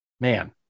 Man